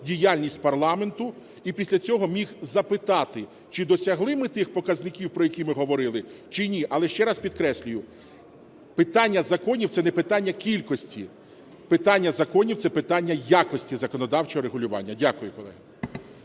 діяльність парламенту, і після цього міг запитати, чи досягли ми тих показників, про які ми говорили, чи ні. Але ще раз підкреслюю, питання законів – це не питання кількості, питання законів – це питання якості законодавчого регулювання. Дякую, колеги.